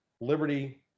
Liberty